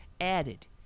added